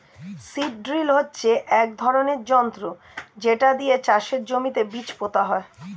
seed drill হচ্ছে এক ধরনের যন্ত্র যেটা দিয়ে চাষের জমিতে বীজ পোতা হয়